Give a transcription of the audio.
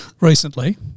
recently